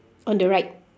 on the right